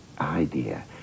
idea